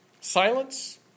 Silence